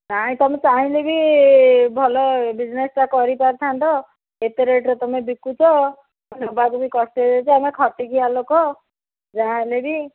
ନାହିଁ ତମେ ଚାହିଁଲେ ବି ଭଲ ବିଜନେସ୍ଟା କରି ପାରିଥାନ୍ତ ଏତେ ରେଟ୍ରେ ତମେ ବିକୁଛ ନବାକୁ ବି କଷ୍ଟ ହେଇଯାଉଛି ଆମେ ଖଟିଖିଆ ଲୋକ ଯାହା ହେଲେବି